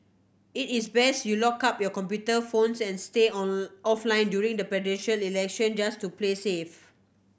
it is best you locked up your computer phones and stay on offline during the Presidential Election just to play safe